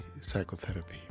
psychotherapy